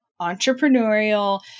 entrepreneurial